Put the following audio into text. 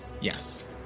Yes